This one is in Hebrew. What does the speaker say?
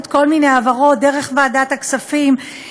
כל מיני העברות דרך ועדת הכספים,